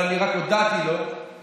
אבל אני רק הודעתי לו שבכוונתי,